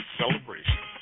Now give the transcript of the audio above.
celebration